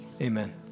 amen